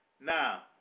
Now